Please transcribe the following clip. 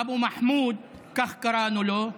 אבו מחמוד, כך קראנו לו,